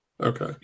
Okay